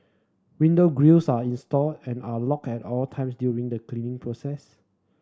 window grilles are installed and are locked at all times during the cleaning process